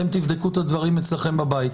אתם תבדקו את הדברים אצלכם בבית.